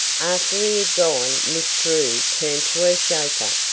after he had gone miss drew turned to her chauffeur,